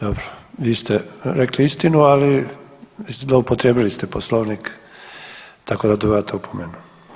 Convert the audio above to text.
Dobro, vi ste rekli istinu, ali ste zloupotrijebili poslovnik tako da dobivate opomenu.